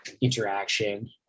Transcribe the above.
interaction